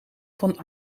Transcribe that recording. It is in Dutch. van